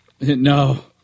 No